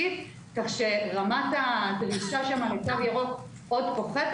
ינאי רון ממועצת